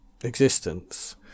existence